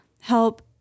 help